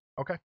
okay